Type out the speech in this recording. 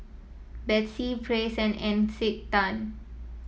Betsy Praise and Encik Tan